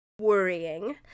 worrying